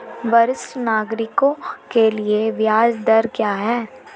वरिष्ठ नागरिकों के लिए ब्याज दर क्या हैं?